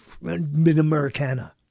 Mid-Americana